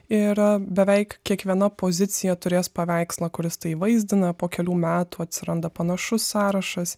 ir beveik kiekviena pozicija turės paveikslą kuris įvaizdina po kelių metų atsiranda panašus sąrašas